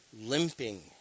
Limping